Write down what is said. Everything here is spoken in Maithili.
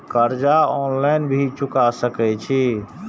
कर्जा ऑनलाइन भी चुका सके छी?